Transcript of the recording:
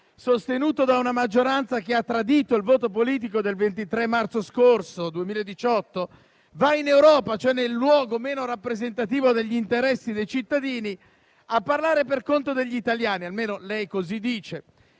sostenuto da una maggioranza che ha tradito il voto politico del 23 marzo 2018, va in Europa, cioè nel luogo meno rappresentativo degli interessi dei cittadini, a parlare per conto degli italiani, almeno così dice.